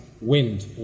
wind